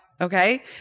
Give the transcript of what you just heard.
Okay